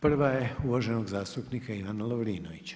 Prva je uvaženog zastupnika Ivana Lovrinovića.